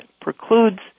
precludes